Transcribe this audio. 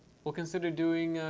we'll consider doing